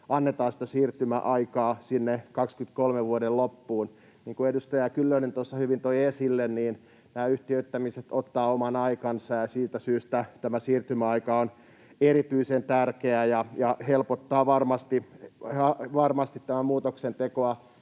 annetaan siirtymäaikaa vuoden 23 loppuun. Niin kuin edustaja Kyllönen tuossa hyvin toi esille, nämä yhtiöittämiset ottavat oman aikansa, ja siitä syystä tämä siirtymäaika on erityisen tärkeä ja helpottaa varmasti muutoksen tekoa